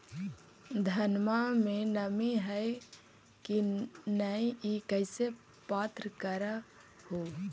धनमा मे नमी है की न ई कैसे पात्र कर हू?